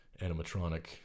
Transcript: animatronic –